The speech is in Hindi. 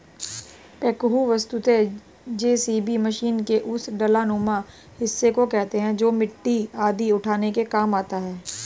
बेक्हो वस्तुतः जेसीबी मशीन के उस डालानुमा हिस्सा को कहते हैं जो मिट्टी आदि उठाने के काम आता है